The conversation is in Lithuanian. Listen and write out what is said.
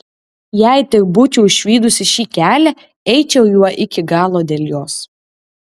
jei tik būčiau išvydusi šį kelią eičiau juo iki galo dėl jos